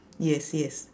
yes yes